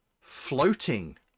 floating